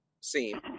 seem